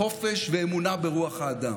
חופש ואמונה ברוח האדם.